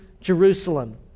Jerusalem